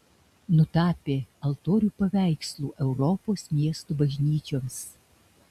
nutapė altorių paveikslų europos miestų bažnyčioms